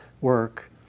work